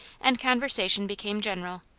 and conversation became general,